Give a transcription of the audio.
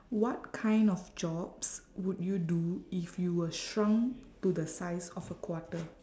what kind of jobs would you do if you were shrunk to the size of a quarter